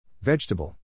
Vegetable